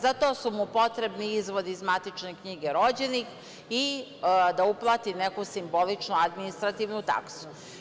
Za to su mu potrebni izvod iz matične knjige rođenih i da uplati neku simboličnu administrativnu taksu.